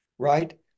right